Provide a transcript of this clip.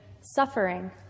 suffering